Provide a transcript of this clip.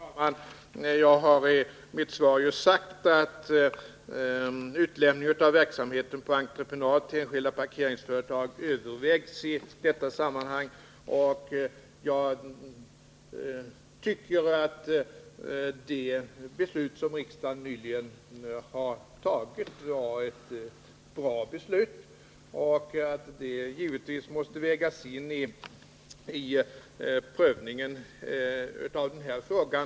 Herr talman! Jag har i mitt svar sagt att utlämning av verksamheten på entreprenad till enskilda parkeringsföretag övervägs i detta sammanhang. Jag tycker att det beslut som riksdagen nyligen har fattat var bra. Det måste givetvis vägas in i prövningen av den här frågan.